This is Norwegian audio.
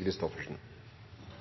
er